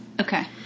Okay